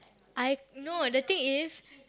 I no the thing is